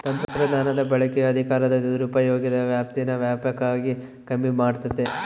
ತಂತ್ರಜ್ಞಾನದ ಬಳಕೆಯು ಅಧಿಕಾರದ ದುರುಪಯೋಗದ ವ್ಯಾಪ್ತೀನಾ ವ್ಯಾಪಕವಾಗಿ ಕಮ್ಮಿ ಮಾಡ್ತತೆ